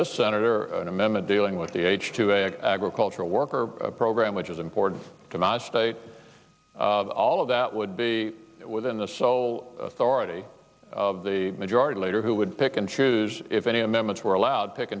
this senator amendment dealing with the h two a an agricultural worker program which is important to my state all of that would be within the sole authority of the majority leader who would pick and choose if any amendments were allowed pick